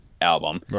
album